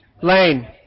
Lane